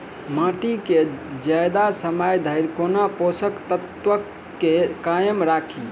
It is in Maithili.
माटि केँ जियादा समय धरि कोना पोसक तत्वक केँ कायम राखि?